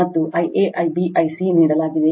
ಮತ್ತು I a I b I c ನೀಡಲಾಗಿದೆ